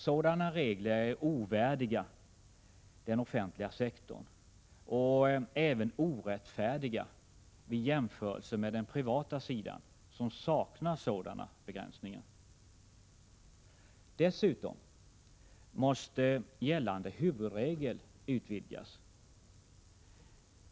Sådana regler är ovärdiga den offentliga sektorn och även orättfärdiga vid jämförelse med den privata sidan, som saknar sådana begränsningar. Dessutom måste gällande huvudregel utvidgas.